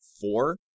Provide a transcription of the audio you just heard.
four